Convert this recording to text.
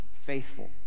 faithful